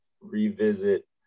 revisit